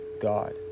God